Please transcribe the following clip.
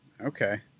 Okay